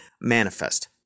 manifest